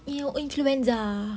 you influenza